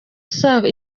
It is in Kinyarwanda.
saa